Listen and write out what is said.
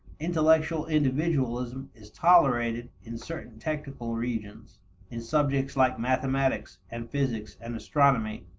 intellectual individualism is tolerated in certain technical regions in subjects like mathematics and physics and astronomy,